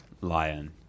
lion